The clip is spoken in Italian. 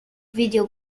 video